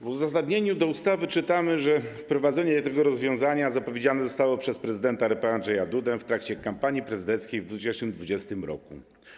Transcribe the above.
W uzasadnieniu do ustawy czytamy, że wprowadzenie tego rozwiązania zapowiedziane zostało przez prezydenta RP Andrzeja Dudę w trakcie kampanii prezydenckiej w 2020 r.